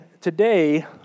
today